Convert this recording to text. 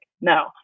No